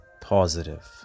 Positive